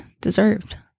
deserved